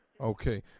Okay